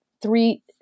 three